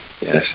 Yes